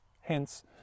Hence